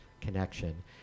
connection